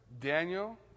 Daniel